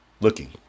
looking